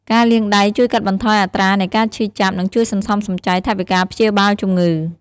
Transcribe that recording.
ការលាងដៃជួយកាត់បន្ថយអត្រានៃការឈឺចាប់ និងជួយសន្សំសំចៃថវិកាព្យាបាលជំងឺ។